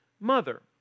mother